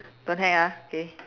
don't hang up okay